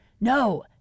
No